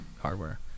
hardware